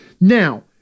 now